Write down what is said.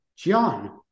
John